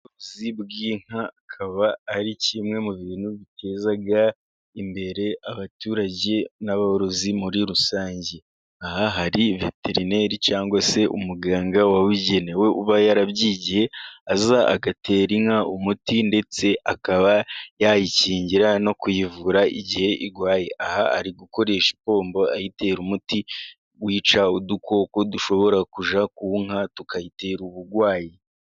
Ubuvuzi bw'inka kaba ari kimwe mu bintu biteza imbere abaturage n'aborozi muri rusange. Aha hari veterineri cyangwa se umuganga wabugenewe uba yarabyigiye aza agatera inka umuti ndetse akaba yayikingira no kuyivura igihe yarwaye .aha ari gukoresha ipombo ayitera umuti wica udukoko dushobora ku nka tukayitera uburwayi.